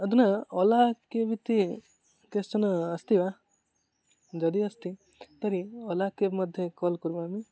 अधुना ओला क्याब् इति कश्चन अस्ति वा ददि अस्ति तर्हि ओला क्याब् मध्ये कोल् करोमि